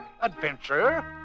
adventure